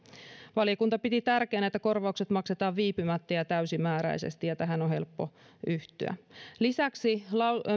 valiokunta piti tärkeänä että korvaukset maksetaan viipymättä ja täysimääräisesti ja tähän on helppo yhtyä lisäksi